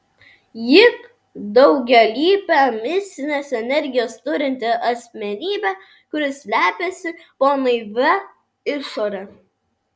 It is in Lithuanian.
ji daugialypė mistinės energijos turinti asmenybė kuri slepiasi po naivia išore